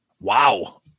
Wow